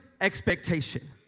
expectation